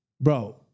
bro